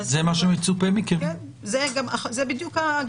זה גם מה שמצופה מכם.